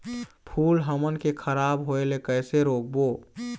फूल हमन के खराब होए ले कैसे रोकबो?